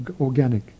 organic